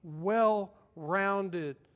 well-rounded